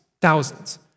thousands